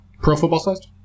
Pro-football-sized